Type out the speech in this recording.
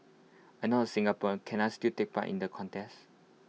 I am not A Singaporean can I still take part in the contest